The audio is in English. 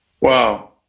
wow